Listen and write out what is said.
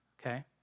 okay